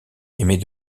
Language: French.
émet